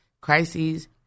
crises